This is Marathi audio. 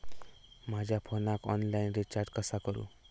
माझ्या फोनाक ऑनलाइन रिचार्ज कसा करू?